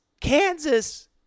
Kansas